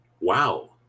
wow